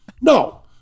no